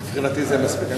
מבחינתי, זה מספיק.